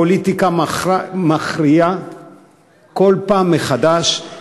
הפוליטיקה מכריעה כל פעם מחדש,